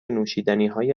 نوشیدنیهای